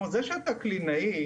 כלומר, זה שאתה קלינאי